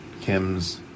Kim's